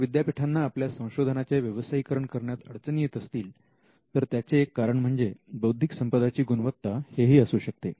जर विद्यापीठांना आपल्या संशोधनाचे व्यवसायीकरण करण्यात अडचणी येत असतील तर त्याचे एक कारण म्हणजे बौद्धिक संपदा ची गुणवत्ता हेही असू शकते